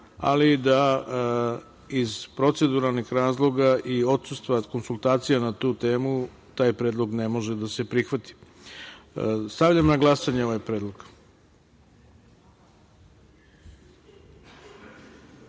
ali i da iz proceduralnih razloga i odsustva konsultacija na tu temu taj predlog ne može da se prihvati. Stavljam na glasanje ovaj